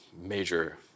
major